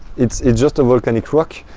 it's just a volcanic rock.